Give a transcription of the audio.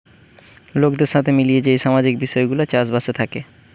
লোকদের সাথে মিলিয়ে যেই সামাজিক বিষয় গুলা চাষ বাসে থাকে